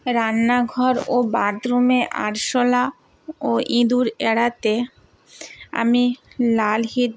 রান্নাঘর ও বাথরুমে আরশোলা ও ইঁদুর এড়াতে আমি লাল হিট